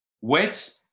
Wet